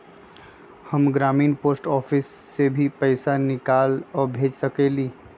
हम ग्रामीण post office से भी पैसा निकाल और भेज सकेली?